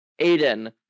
Aiden